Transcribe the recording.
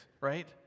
right